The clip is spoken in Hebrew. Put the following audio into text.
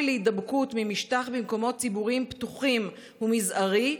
להידבקות ממשטח במקומות ציבוריים פתוחים הוא מזערי,